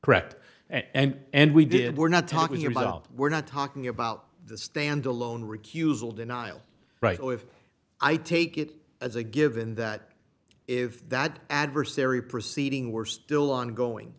correct and and we did we're not talking about we're not talking about the standalone recusal denial right or if i take it as a given that if that adversary proceeding were still ongoing